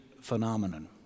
phenomenon